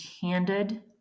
candid